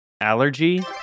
allergy